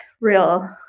real